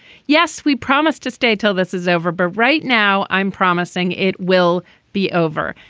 yes we promise to stay till this is over but right now i'm promising it will be over.